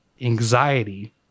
anxiety